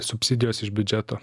subsidijos iš biudžeto